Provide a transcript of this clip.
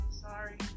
sorry